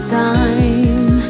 time